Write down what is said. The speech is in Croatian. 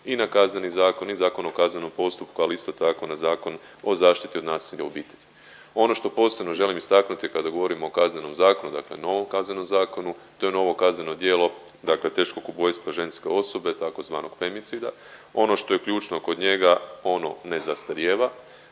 i na Kazneni zakon i Zakon o kaznenom postupku, ali isto tako na Zakon o zaštiti od nasilja u obitelji. Ono što posebno želim istaknuti kada govorimo o Kaznenom zakonu, dakle novom Kaznenom zakonu to je novo kazneno djelo dakle teškog ubojstva ženske osobe tzv. femicida. Ono što je ključno kod njega ono ne zastarijeva.